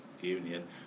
union